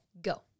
go